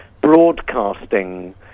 broadcasting